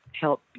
help